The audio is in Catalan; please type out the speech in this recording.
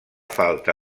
falta